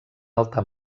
alta